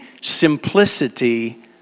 simplicity